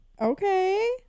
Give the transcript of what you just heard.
Okay